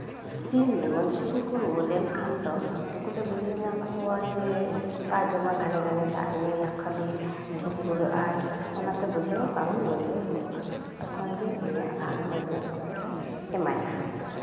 ᱥᱤᱢ ᱡᱮᱢᱚᱱ ᱥᱤᱢ ᱠᱚ ᱨᱩᱣᱟᱹ ᱞᱮᱱ ᱠᱷᱟᱱ ᱫᱚ ᱩᱱᱠᱩ ᱞᱮ ᱵᱩᱡᱷᱟᱹᱣ ᱧᱟᱢ ᱠᱚᱣᱟ ᱡᱮ ᱵᱟᱭ ᱡᱚᱢᱟ ᱜᱷᱟᱱᱮ ᱜᱷᱟᱱᱮ ᱫᱟᱜ ᱮ ᱧᱩᱭᱟ ᱠᱷᱟᱹᱞᱤ ᱫᱷᱩᱨ ᱢᱩᱨᱟᱹᱜ ᱟᱭ ᱚᱱᱟᱛᱮ ᱵᱩᱡᱷᱟᱹᱣᱟ ᱟᱞᱮ ᱱᱩᱭᱫᱚᱭ ᱨᱩᱣᱟᱹᱜ ᱠᱟᱱᱟ ᱛᱚᱠᱷᱚᱱ ᱜᱮ ᱩᱱᱤᱭᱟᱜ ᱨᱟᱱ ᱢᱩᱨᱜᱟᱹᱱ ᱠᱚᱫᱚᱞᱮ ᱮᱢᱟᱭᱟ